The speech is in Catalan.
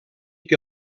que